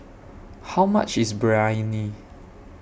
How much IS Biryani